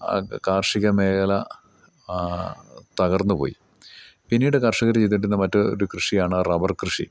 കാർഷിക മേഖല തകർന്നുപോയി പിന്നീട് കർഷകർ ചെയ്തിരുന്ന മറ്റ് ഒരു കൃഷിയാണ് റബ്ബർ കൃഷി